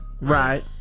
right